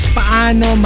paano